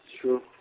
true